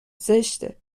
زشته